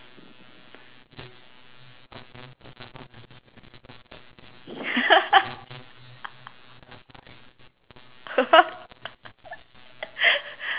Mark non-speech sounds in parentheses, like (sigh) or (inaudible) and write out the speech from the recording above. (laughs)